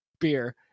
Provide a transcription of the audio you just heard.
Beer